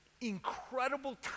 incredible